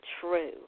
true